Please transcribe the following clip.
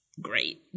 great